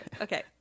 Okay